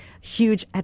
huge